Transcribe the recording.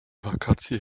wakacje